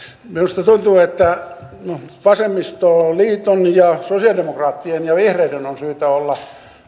minusta tuntuu että vasemmistoliiton ja sosialidemokraattien ja vihreiden on syytä olla